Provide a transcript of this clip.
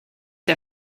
der